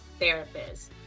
therapists